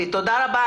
תודה רבה.